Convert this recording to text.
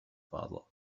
father